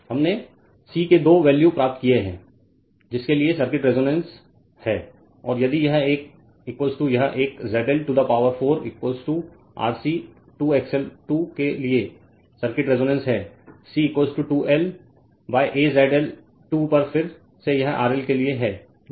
हमने C के दो वैल्यू प्राप्त किए हैं जिसके लिए सर्किट रेजोनेंस है और यदि यह एक यह एक ZL to the power four 4 RC 2 XL 2 के लिए सर्किट रेजोनेंस है C 2 L aZL 2 पर फिर से यह RL के लिए है